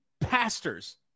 pastors